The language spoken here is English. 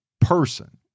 person